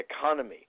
economy